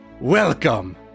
welcome